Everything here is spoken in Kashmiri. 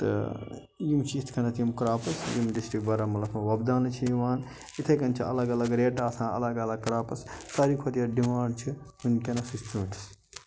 تہٕ یِم چھِ یِتھ کنیٚتھ یِم کَراپٕس یِم ڈسٹرک بَرہمُلہس منٛز وۄبداوانہٕ چھِ یِوان یِتھَے کٔنۍ چھِ الگ الگ ریٹہٕ آسان الگ الگ کَراپٕس ساروٕے کھۄتہٕ یَتھ ڈِمانڈ چھِ وُنکٮ۪نس سُہ چھِ ژوٗنٹھِس